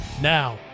Now